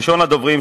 ראשון הדוברים,